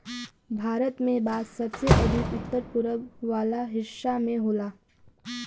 भारत में बांस सबसे अधिका उत्तर पूरब वाला हिस्सा में होला